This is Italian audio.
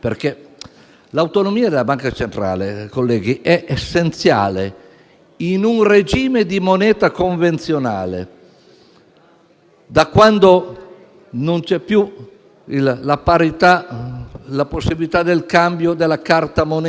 l'autonomia della banca centrale, colleghi, è essenziale. In un regime di moneta convenzionale, da quando non c'è più la possibilità del cambio della carta moneta